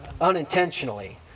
Unintentionally